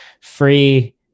free